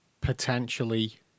potentially